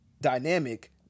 dynamic